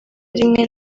rimwe